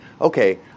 okay